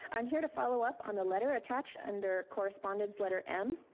i'm here to follow up on the letter attached under correspondence letter m,